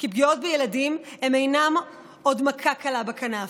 כי פגיעות בילדים אינן עוד מכה קלה בכנף.